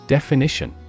Definition